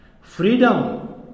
freedom